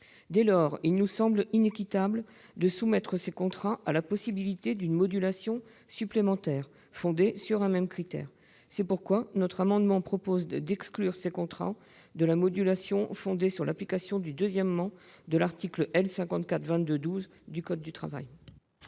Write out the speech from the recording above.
Dès lors, il nous semble inéquitable de soumettre ces contrats à la possibilité d'une modulation supplémentaire, qui serait fondée sur un même critère. C'est pourquoi notre amendement vise à exclure ces contrats de la modulation résultant de l'application du 2° de l'article L. 5422-12 du code du travail.